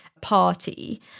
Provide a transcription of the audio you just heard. party